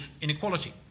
inequality